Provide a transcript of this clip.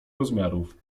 rozmiarów